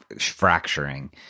fracturing